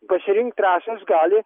pasirinkt trasas gali